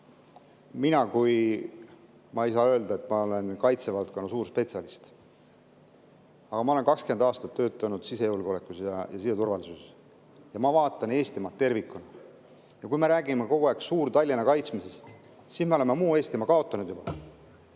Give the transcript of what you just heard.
eest! Ma ei saa öelda, et ma oleksin kaitsevaldkonna suur spetsialist, aga ma olen 20 aastat töötanud sisejulgeoleku ja siseturvalisuse valdkonnas ja ma vaatan Eestimaad tervikuna. Kui me räägime kogu aeg Suur-Tallinna kaitsmisest, siis oleme muu Eestimaa juba